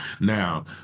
Now